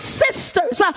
sisters